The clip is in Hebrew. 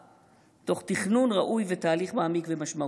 תוך תכנון ראוי ותהליך מעמיק ומשמעותי,